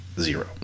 zero